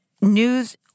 news